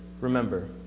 remember